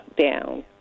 down